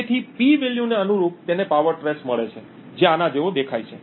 તેથી P વેલ્યુને અનુરૂપ તેને પાવર ટ્રેસ મળે છે જે આના જેવો દેખાય છે